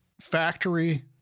factory